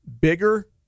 bigger